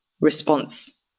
response